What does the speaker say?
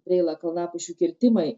preilą kalnapušių kirtimai